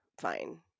fine